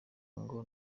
ngo